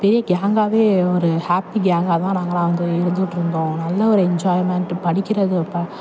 பெரிய கேங்காகவே ஒரு ஹாப்பி கேங்காக தான் நாங்களாம் அங்கே இருந்துகிட்டு இருந்தோம் நல்ல ஒரு என்ஜாய்மெண்ட் படிக்கிறது பா